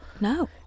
No